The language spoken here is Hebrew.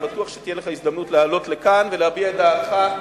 אני בטוח שתהיה לך הזדמנות לעלות לכאן ולהביע את דעתך.